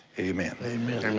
amen. amen. um